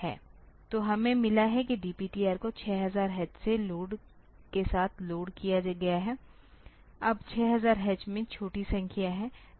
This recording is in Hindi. तो हमें मिला है कि DPTR को 6000 H के साथ लोड किया गया है अब 6000 H में छोटी संख्या है